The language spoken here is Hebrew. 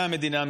מהמדינה,